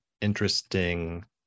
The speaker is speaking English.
interesting